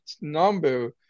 number